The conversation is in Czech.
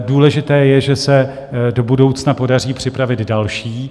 Důležité je, že se do budoucna podaří připravit další.